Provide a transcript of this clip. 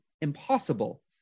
impossible